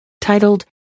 titled